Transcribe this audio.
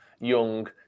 Young